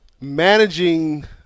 managing